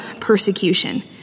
persecution